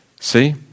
See